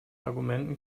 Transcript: argumenten